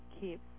keep